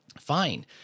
fine